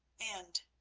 and,